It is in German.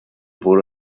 wurde